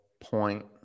point